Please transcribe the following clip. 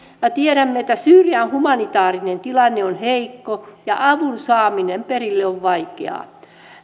me tiedämme että syyrian humanitaarinen tilanne on heikko ja avun saaminen perille on vaikeaa